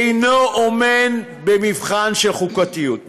אינו עומד במבחן של חוקתיות.